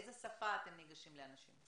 באיזה שפה אתם נגישים לאנשים?